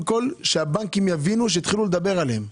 כל שהבנקים יבינו שמתחילים לדבר עליהם.